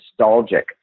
nostalgic